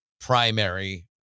primary